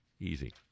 Easy